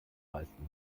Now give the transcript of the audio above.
meisten